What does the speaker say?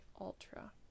ultra